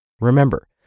remember